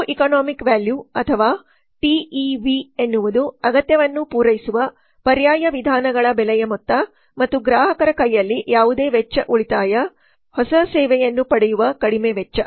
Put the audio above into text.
true economic ವ್ಯಾಲ್ಯೂಅಥವಾ TEV ಎನ್ನುವುದು ಅಗತ್ಯವನ್ನು ಪೂರೈಸುವ ಪರ್ಯಾಯ ವಿಧಾನಗಳ ಬೆಲೆಯ ಮೊತ್ತ ಮತ್ತು ಗ್ರಾಹಕರ ಕೈಯಲ್ಲಿ ಯಾವುದೇ ವೆಚ್ಚ ಉಳಿತಾಯ ಹೊಸ ಸೇವೆಯನ್ನು ಪಡೆಯುವ ಕಡಿಮೆ ವೆಚ್ಚ